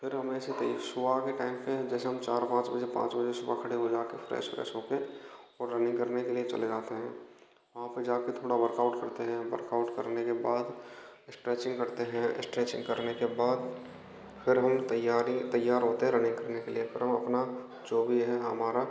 फिर हम ऐसे सुबह के टैम पे जैसे हम चार पाँच बजे पाँच बजे सुबह खड़े हो जाके फ्रेस वरेस हो के और रनिंग करने के लिए चले जाते हैं वहाँ पे जा के थोड़ा वर्कऔट करते हैं वर्कऔट करने के बाद इस्टरेचिंग करते हैं इस्टरेचिंग करने के बाद फिर हम तैयारी तैयार होते हैं रनिंग करने के लिए फिर हम अपना जो भी है हमारा